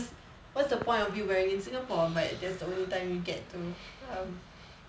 what's the point of you wearing in singapore but that's the only time you get to um